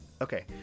Okay